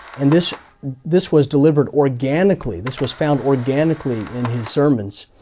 and this this was delivered organically, this was found organically, in his sermons.